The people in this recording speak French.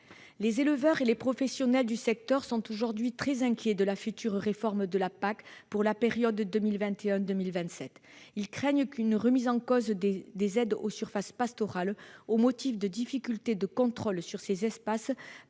Les éleveurs et les professionnels du secteur sont aujourd'hui très inquiets de la future réforme de la PAC pour la période 2021-2027. Ils craignent une remise en cause des aides aux surfaces pastorales en raison des difficultés de contrôle de ces espaces